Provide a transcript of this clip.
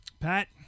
Pat